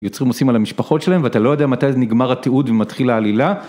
יוצרים עושים על המשפחות שלהם ואתה לא יודע מתי נגמר התיעוד ומתחיל העלילה.